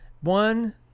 one